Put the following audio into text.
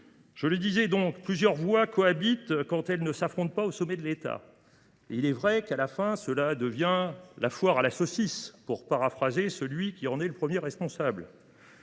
je le disais, plusieurs voix cohabitent, quand elles ne s’affrontent pas, au sommet de l’État. Il est vrai que cela finit par ressembler à une « foire à la saucisse », pour paraphraser celui qui en est le premier responsable.